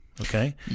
Okay